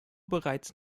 bereits